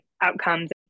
outcomes